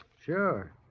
Sure